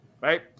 Right